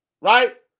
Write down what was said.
right